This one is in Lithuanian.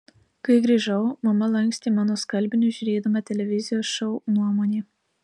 kai grįžau mama lankstė mano skalbinius žiūrėdama televizijos šou nuomonė